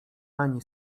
ani